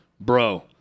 Bro